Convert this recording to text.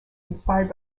inspired